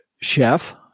Chef